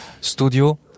studio